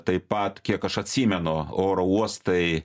taip pat kiek aš atsimenu oro uostai